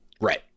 Right